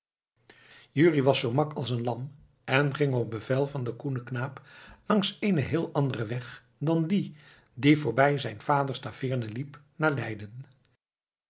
jurrie was zoo mak als een lam en ging op bevel van den koenen knaap langs eenen heel anderen weg dan dien die voorbij zijn vaders taveerne liep naar leiden